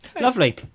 Lovely